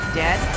dead